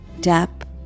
tap